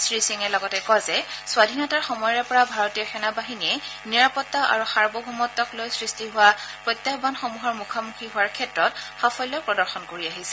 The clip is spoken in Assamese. শ্ৰীসিঙে লগতে কয় যে স্বাধীনতাৰ সময়ৰে পৰা ভাৰতীয় সেনা বাহিনীয়ে নিৰাপত্তা আৰু সাৰ্বভৌমত্তক লৈ সৃষ্টি হোৱা প্ৰত্যায়ানসমূহৰ মুখামুখি হোৱাৰ ক্ষেত্ৰত সাফল্য প্ৰদৰ্শন কৰি আহিছে